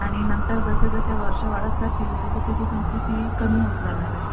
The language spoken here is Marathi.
आणि नंतर जसे जसे वर्षं वाढत जातील तशी तशी तुमची फी कमी होत जाणार आहे